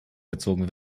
gezogen